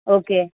okay